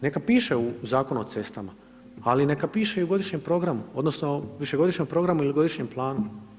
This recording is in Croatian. Neka piše u Zakonu o cestama ali neka piše i u godišnjem programu odnosno višegodišnjem programu ili godišnjem planu.